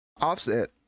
Offset